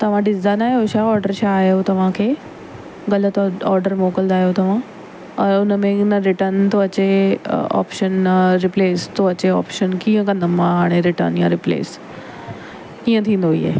तव्हां ॾिसंदा न आयो छा ऑडर छा आयो तव्हांखे ग़लति ऑडर मोकिलींदा आयो तव्हां और उन में न रिटर्न थो अचे ऑपशन न रिप्लेस थो अचे ऑपशन कीअं कंदमि मां हाणे रिटर्न या रिप्लेस कीअं थींदो ईअं